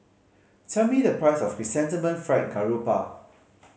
tell me the price of Chrysanthemum Fried Garoupa